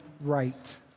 right